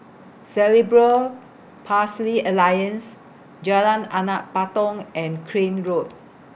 Cerebral Palsy Alliance Jalan Anak Patong and Crane Road